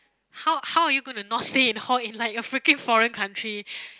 how how are you gonna not stay in hall in like a freaking foreign country